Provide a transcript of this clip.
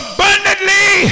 Abundantly